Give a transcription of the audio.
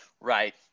right